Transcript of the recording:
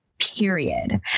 period